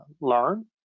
learn